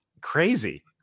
crazy